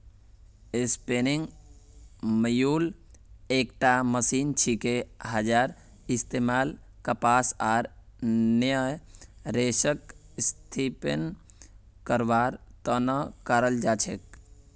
spinning mule एकटा machine छिके जहार इस्तमाल कपास आर अन्य रेशक स्पिन करवार त न कराल जा छेक